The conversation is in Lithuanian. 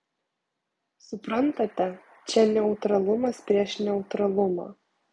suprantate čia neutralumas prieš neutralumą